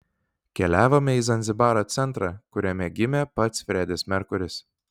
keliavome į zanzibaro centrą kuriame gimė pats fredis merkuris